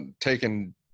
taken